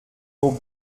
eau